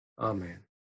Amen